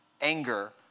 anger